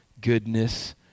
goodness